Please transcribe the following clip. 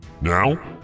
Now